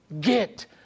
get